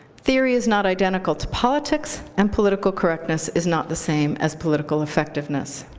theory is not identical to politics, and political correctness is not the same as political effectiveness.